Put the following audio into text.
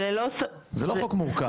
זה לא חוק מורכב.